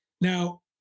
Now